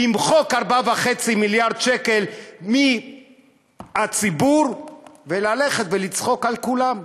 למחוק 4.5 מיליארד שקלים מהציבור וללכת לצחוק על כולם.